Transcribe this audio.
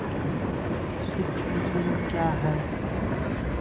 सुक्ष्म ऋण क्या हैं?